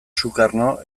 sukarno